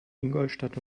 ingolstadt